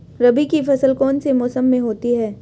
रबी की फसल कौन से मौसम में होती है?